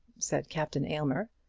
said captain aylmer.